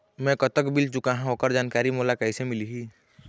मैं कतक बिल चुकाहां ओकर जानकारी मोला कइसे मिलही?